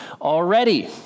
already